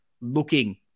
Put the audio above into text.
looking